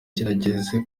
kirageze